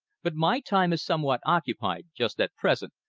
but my time is somewhat occupied just at present,